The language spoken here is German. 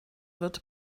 wird